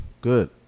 Good